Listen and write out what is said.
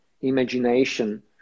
imagination